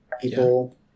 people